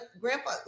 grandpa